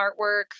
artwork